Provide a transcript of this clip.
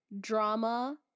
drama